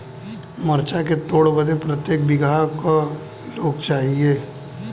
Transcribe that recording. मरचा के तोड़ बदे प्रत्येक बिगहा क लोग चाहिए?